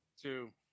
Two